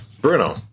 Bruno